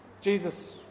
Jesus